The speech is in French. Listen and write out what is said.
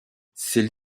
celle